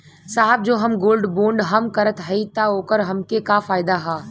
साहब जो हम गोल्ड बोंड हम करत हई त ओकर हमके का फायदा ह?